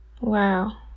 Wow